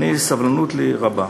אני, סבלנות לי רבה.